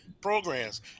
programs